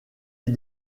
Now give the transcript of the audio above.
est